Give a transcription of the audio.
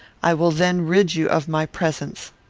i will then rid you of my presence.